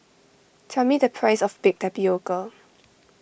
tell me the price of Baked Tapioca